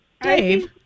Dave